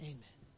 Amen